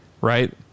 Right